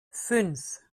fünf